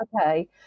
okay